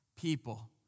people